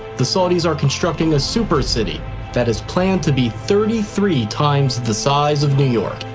the saudis are constructing a super city that is planned to be thirty three times the size of new york.